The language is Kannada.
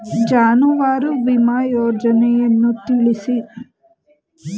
ಜಾನುವಾರು ವಿಮಾ ಯೋಜನೆಯನ್ನು ತಿಳಿಸಿ?